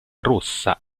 rossa